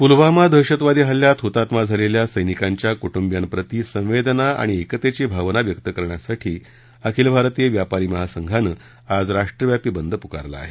पुलवामा दहशतवादी हल्ल्यात हुतात्मा झालेल्या सैनिकांच्या कुटुंबियांप्रती संवेदना आणि एकतेची भावना व्यक्त करण्यासाठी अखिल भारतीय व्यापारी महासंघानं आज राष्ट्रव्यापी बंद पुकारला आहे